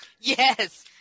Yes